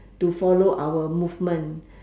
to follow our movement